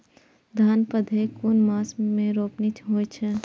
धान भदेय कुन मास में रोपनी होय छै?